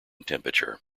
temperature